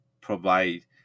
provide